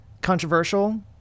controversial